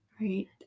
Right